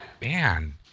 man